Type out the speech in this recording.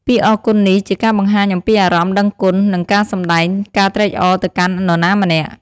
ពាក្យអរគុណនេះជាការបង្ហាញអំពីអារម្មណ៍ដឹងគុណ និងការសម្ដែងការត្រេកអរទៅកាន់នរណាម្នាក់។